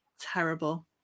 Terrible